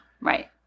Right